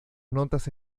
notas